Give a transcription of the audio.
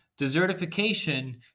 desertification